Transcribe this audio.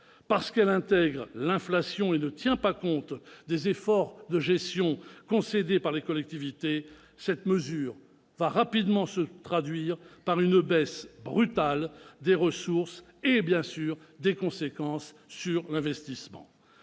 Parce qu'elle intègre l'inflation et ne tient pas compte des efforts de gestion réalisés par les collectivités, cette mesure va rapidement se traduire par une baisse brutale des ressources et avoir des conséquences sur l'investissement.